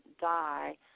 die